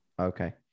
Okay